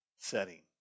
setting